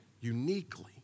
uniquely